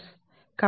కాబట్టి ఇది r